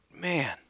man